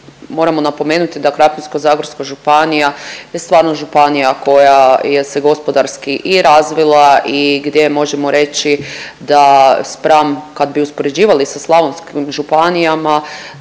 Moramo napomenuti da Krapinsko-zagorska županija je stvarno županija koja je se gospodarski i razvila i gdje možemo reći da spram kad bi uspoređivali sa slavonskim županijama,